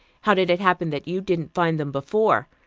how did it happen that you didn't find them before?